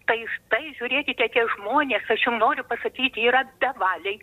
tai štai žiūrėkite tie žmonės aš jum noriu pasakyti yra bevaliai